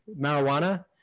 marijuana